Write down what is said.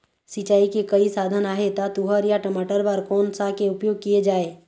सिचाई के कई साधन आहे ता तुंहर या टमाटर बार कोन सा के उपयोग किए जाए?